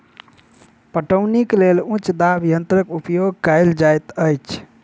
पटौनीक लेल उच्च दाब यंत्रक उपयोग कयल जाइत अछि